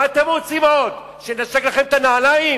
מה אתם רוצים עוד, שננשק לכם את הנעליים?